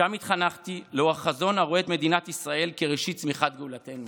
שם התחנכתי לאור חזון הרואה את מדינת ישראל כראשית צמיחת גאולתנו.